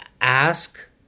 ask